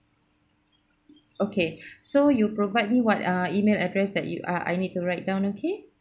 okay so you provide me what ah email address that you ah I need to write down okay